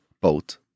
boat